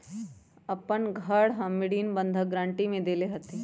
अपन घर हम ऋण बंधक गरान्टी में देले हती